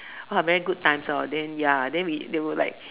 !wah! very good times hor then ya then we they will like